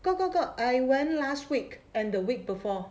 got got got I went last week and the week before